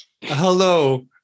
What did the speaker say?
hello